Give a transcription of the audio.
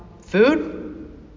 food